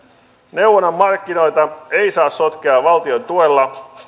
neuvonnan markkinoita ei saa sotkea valtiontuella